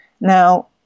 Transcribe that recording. Now